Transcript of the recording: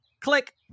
click